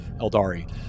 Eldari